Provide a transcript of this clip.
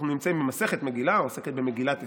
אנחנו נמצאים במסכת מגילה, העוסקת במגילת אסתר,